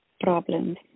problems